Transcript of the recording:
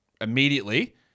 immediately